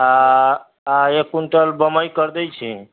आ आ एक क्विंटल बम्बइ कर दै छी